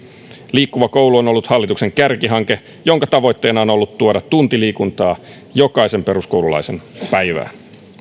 liikkuva koulu on ollut hallituksen kärkihanke jonka tavoitteena on on ollut tuoda tunti liikuntaa jokaisen peruskoululaisen päivään